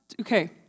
Okay